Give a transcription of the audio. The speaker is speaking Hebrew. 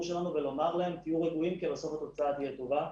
שלנו ולומר להם תהיו רגועים כי בסוף התוצאה תהיה טובה.